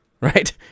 right